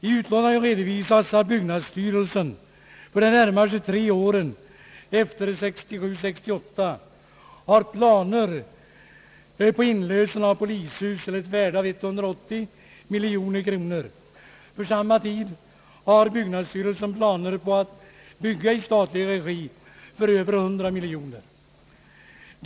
I utlåtandet redovisas att byggnadsstyrelsen för de närmaste tre åren efter 1967/68 har planer på inlösen av polishus till ett värde av 180 miljoner kronor. För samma tid har byggnadsstyrelsen planer på att bygga i statlig regi för över 100 miljoner kronor.